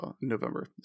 november